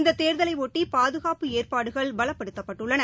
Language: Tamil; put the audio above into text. இந்ததேர்தலையொட்டிபாதுகாப்பு ஏற்பாடுகள் பலப்படுத்தப்பட்டுள்ளன